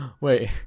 wait